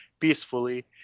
peacefully